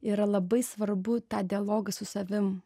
yra labai svarbu tą dialogą su savim